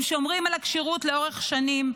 הם שומרים על הכשירות לאורך שנים,